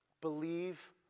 Believe